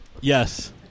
Yes